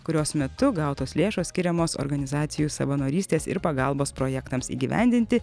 kurios metu gautos lėšos skiriamos organizacijų savanorystės ir pagalbos projektams įgyvendinti